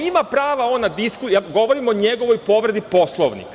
Ima prava on na diskusiju, ja govorim o njegovoj povredi Poslovnika.